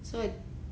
that's why